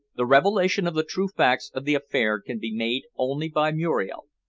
the revelation of the true facts of the affair can be made only by muriel.